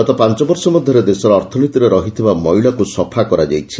ଗତ ପାଞ୍ଚ ବର୍ଷ ମଧ୍ୟରେ ଦେଶର ଅର୍ଥନୀତିରେ ରହିଥିବା ମଇଳାକୁ ସଫା କରାଯାଇଛି